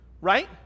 right